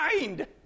mind